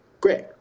great